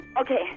Okay